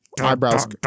eyebrows